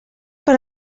per